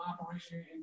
operation